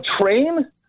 train